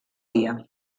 dia